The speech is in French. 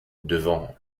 devant